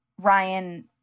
Ryan